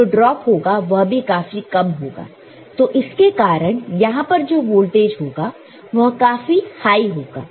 तो जो ड्रॉप होगा वह भी काफी कम होगा तो इसके कारण यहां पर जो वोल्टेज होगा वह काफी हाई होगा